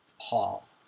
Paul